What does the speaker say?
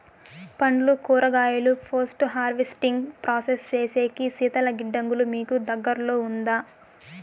పండ్లు కూరగాయలు post harvesting process సేసేకి శీతల గిడ్డంగులు మీకు దగ్గర్లో ఉందా?